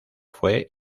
fue